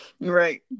Right